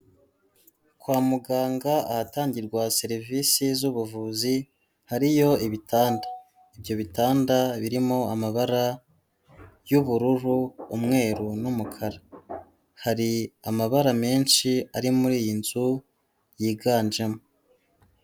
Kwa muganga ahatangirwa serivisi z'ubuvuzi hariyo ibitanda, ibyo bitanda birimo amabara y'ubururu, umweru n'umukara, hari amabara menshi ari muri iyi nzu yiganjemo.